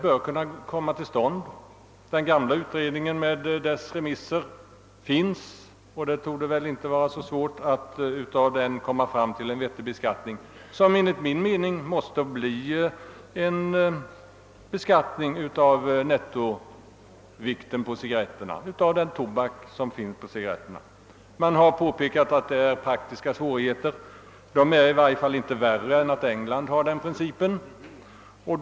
Betänkandet från den gamla utredningen och remissyttrandena finns, och det torde inte vara så svårt att med utgångspunkt därifrån komma fram till en vettig beskattning, som enligt min mening måste bli en beskattning av nettovikten, d.v.s. av mängden tobak i cigarretterna. Man har åberopat praktiska svårigheter, men de är i varje fall inte värre än att England kan tillämpa denna princip.